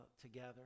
together